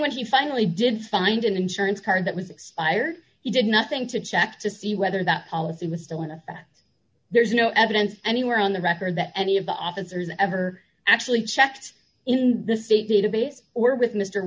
when he finally did find an insurance card that was expired he did nothing to check to see whether that policy was still in effect there is no evidence anywhere on the record that any of the officers ever actually checked in the state database or with m